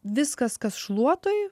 viskas kas šluotoj